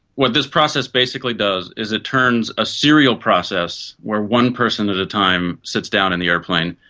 what this process basically does is it turns a serial process where one person at a time sits down in the aeroplane,